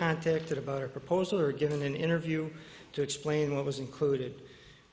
contacted about our proposal or given an interview to explain what was included